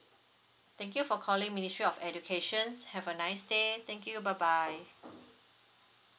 thank you for calling ministry of educations have a nice day thank you bye bye